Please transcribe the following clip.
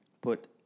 put